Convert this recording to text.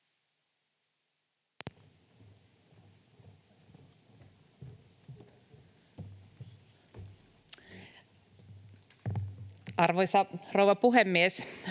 Arvoisa rouva puhemies!